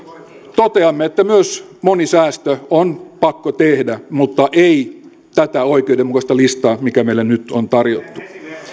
toteamme että myös moni säästö on pakko tehdä mutta ei tätä oikeudenmukaista listaa mikä meille nyt on tarjottu